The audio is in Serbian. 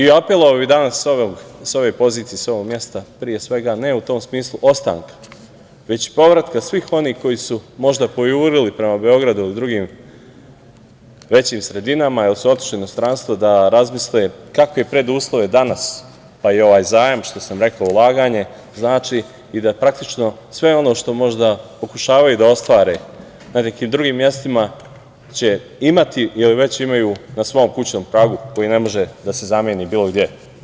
Apelovao bih danas sa ove pozicije, sa ovog mesta, pre svega ne u tom smislu ostanka , već povratka svih onih koji su možda pojurili prema Beogradu i drugim većim sredinama ili su otišli u inostranstvo, da razmisle kakve preduslove danas, pa i ovaj zajam što sam rekao, ulaganje, znači i da praktično sve ono što možda pokušavaju da ostvare na nekim drugim mestima će imati ili već imaju na svom kućnom pragu koji ne može da se zameni bilo gde.